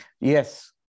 Yes